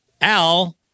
Al